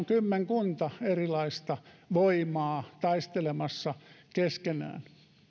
kymmenkunta erilaista voimaa taistelemassa keskenään